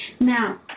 Now